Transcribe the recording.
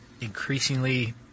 increasingly